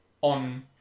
on